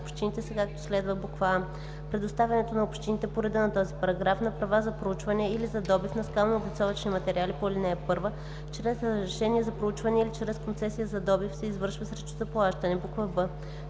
общините, са както следва: а) Предоставянето от общините по реда на този параграф на права за проучване или за добив на скалнооблицовъчните материали по ал. 1 чрез разрешение за проучване или чрез концесия за добив се извършва срещу заплащане. б)